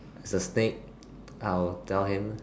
is a snake I'll tell him